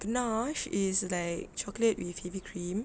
ganache is like chocolate with heavy cream